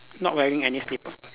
not wearing any slipper